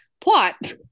plot